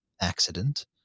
accident